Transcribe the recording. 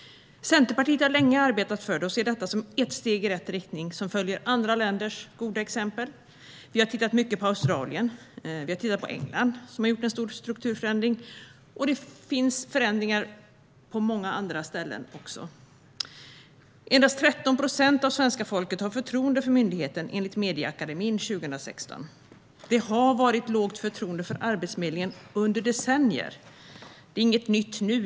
Centerpartiet har länge arbetat för detta och ser det som ett steg i rätt riktning som följer efter andra länders goda exempel. Vi har tittat mycket på Australien. England har genomfört en stor strukturförändring. Det har gjorts förändringar också på många andra håll. Endast 13 procent av svenska folket har förtroende för myndigheten, enligt Medieakademin 2016. Det har varit lågt förtroende för Arbetsförmedlingen under decennier; det är inget nytt nu.